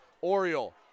Oriole